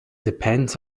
depends